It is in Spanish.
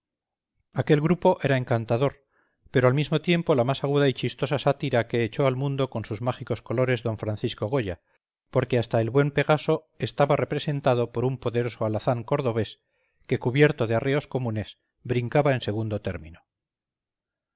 aquel grupo era encantador pero al mismo tiempo la más aguda y chistosa sátira que echó al mundo con sus mágicos colores d francisco goya porque hasta el buen pegaso estaba representado por un poderoso alazán cordobés que cubierto de arreos comunes brincaba en segundo término